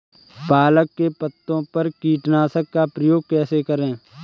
पालक के पत्तों पर कीटनाशक का प्रयोग कैसे करें?